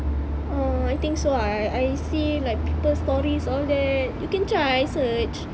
ah I think so ah I I see like people stories all that you can try search